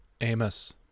Amos